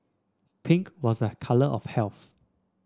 pink was a colour of health